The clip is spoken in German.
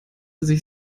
sich